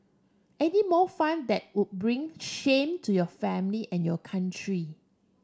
any more fun that would bring shame to your family and your country